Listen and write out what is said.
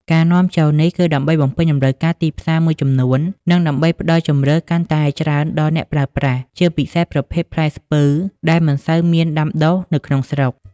ការនាំចូលនេះគឺដើម្បីបំពេញតម្រូវការទីផ្សារមួយចំនួន និងដើម្បីផ្ដល់ជម្រើសកាន់តែច្រើនដល់អ្នកប្រើប្រាស់ ជាពិសេសប្រភេទផ្លែស្ពឺដែលមិនសូវមានដាំដុះនៅក្នុងស្រុក។